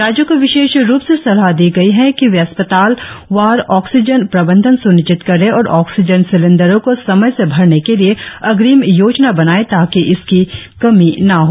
राज्यों को विशेष रूप से सलाह दी गयी है कि वे अस्पताल वार ऑक्सीजन प्रबंधन स्निश्चित करें और ऑक्सीजन सिलेंडरों को समय से भरने के लिए अग्रिम योजना बनायें ताकि इसकी कमी न हो